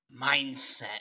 mindset